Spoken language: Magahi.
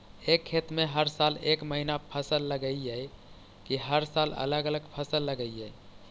एक खेत में हर साल एक महिना फसल लगगियै कि हर साल अलग अलग फसल लगियै?